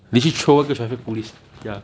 你去 troll 那个 traffic police ya